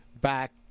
back